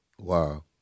Wow